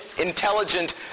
intelligent